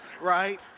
right